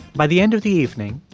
by the end of the evening,